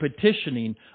petitioning